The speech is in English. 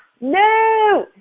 no